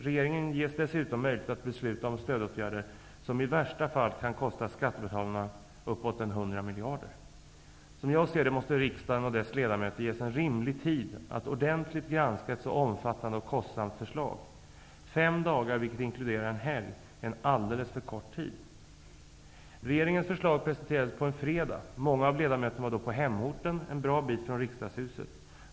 Regeringen ges dessutom möjlighet att besluta om stödåtgärder som i värsta fall kan kosta skattebetalarna uppåt Som jag ser det måste riksdagen och dess ledamöter ges en rimlig tid att ordentligt granska ett så omfattande och kostsamt förslag. Fem dagar, vilket inkluderar en helg, är en alldeles för kort tid. Regeringens förslag presenterades på en fredag. Många av ledamöterna var då på hemorten, en bra bit från riksdagshuset.